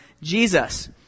Jesus